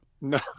No